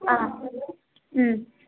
ಹಾಂ ಹ್ಞೂ